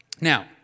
Now